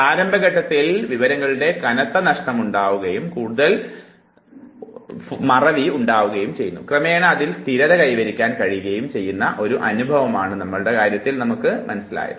പ്രാരംഭ ഘട്ടത്തിൽ വിവരങ്ങളുടെ കനത്ത നഷ്ടമുണ്ടാകുകയും ക്രമേണ അതിൽ സ്ഥിരത കൈവരിക്കാൻ കഴിയുകയും ചെയ്യുന്ന ഒരു അനുഭവമാണ് അടിസ്ഥാനപരമായി മനുഷ്യൻറെ കാര്യത്തിൽ യഥാർത്ഥത്തിൽ സംഭവിക്കുന്നത്